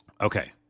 Okay